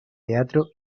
teatro